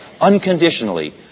unconditionally